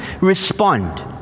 respond